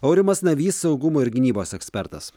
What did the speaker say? aurimas navys saugumo ir gynybos ekspertas